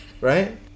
right